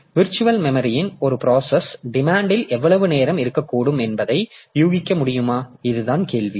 இந்த விர்ச்சுவல் மெமரியில் ஒரு பிராசஸ் டிமாண்ட் இல் எவ்வளவு நேரம் இருக்கக்கூடும் என்பதை யூகிக்க முடியுமா இதுதான் கேள்வி